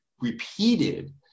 repeated